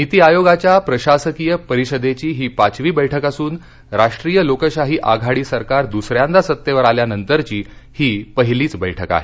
नीती आयोगाच्या प्रशाकीय परिषदेची ही पाचवी बैठक असून राष्ट्रीय लोकशाही आघाडी सरकार द्सऱ्यांदा सत्तेवर आल्यानंतरची ही पहिलीच बैठक आहे